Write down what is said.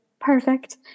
perfect